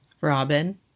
Robin